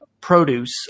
produce